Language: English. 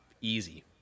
Easy